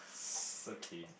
s~ okay